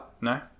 No